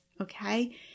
Okay